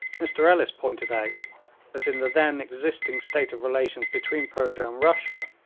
mr ellis pointed out that in the then existing state of relations between persia and russia,